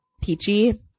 peachy